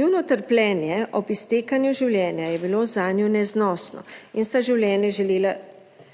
Njuno trpljenje ob iztekanju življenja je bilo zanj neznosno in sta življenje želela